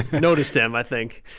noticed him, i think.